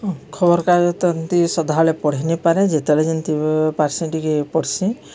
ଖବର କାଗଜ ତ ଏମ୍ତି ସଦାବେଳେ ପଢ଼ିନି ପାରେ ଯେତେବେଳେ ଯେମିତି ପାର୍ସି ଟିକେ ପଢ଼ସିଁ